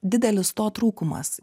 didelis to trūkumas